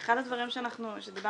--- אחד הדברים שדיברנו,